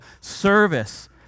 service